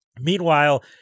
Meanwhile